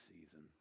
season